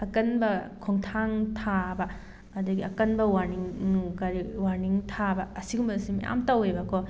ꯑꯀꯟꯕ ꯈꯣꯡꯊꯥꯡ ꯊꯥꯕ ꯑꯗꯒꯤ ꯑꯀꯟꯕ ꯋꯥꯔꯅꯤꯡ ꯀꯔꯤ ꯋꯥꯔꯅꯤꯡ ꯊꯥꯕ ꯑꯁꯤꯒꯨꯝꯕꯁꯤ ꯃꯌꯥꯝ ꯇꯧꯋꯦꯕꯀꯣ